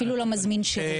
לכן זה שונה.